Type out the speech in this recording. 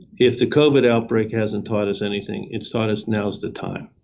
if the covid outbreak hasn't taught us anything, it's taught us now is the time.